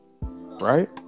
right